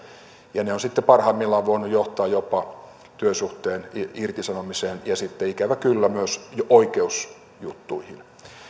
ja ne ovat sitten parhaimmillaan voineet johtaa jopa työsuhteen irtisanomiseen ja sitten ikävä kyllä myös oikeusjuttuihin